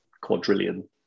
quadrillion